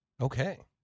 Okay